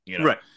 Right